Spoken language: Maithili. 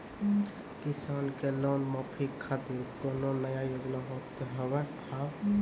किसान के लोन माफी खातिर कोनो नया योजना होत हाव?